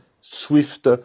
swift